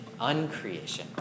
Uncreation